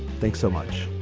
thanks so much.